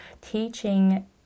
teaching